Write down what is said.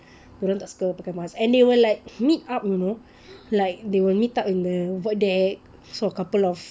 orang tak suka pakai mask and they will like meet up you know like they will meet up in the void deck so a couple of